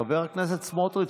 חבר הכנסת סמוטריץ',